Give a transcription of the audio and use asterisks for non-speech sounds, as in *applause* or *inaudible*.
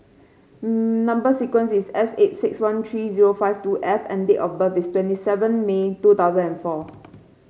*hesitation* number sequence is S eight six one three five two F and date of birth is twenty seven May two thousand and four *noise*